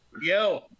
Yo